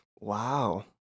wow